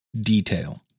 detail